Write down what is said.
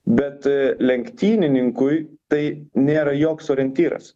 bet lenktynininkui tai nėra joks orientyras